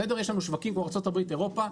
יש לנו שווקים כמו ארה"ב ואירופה,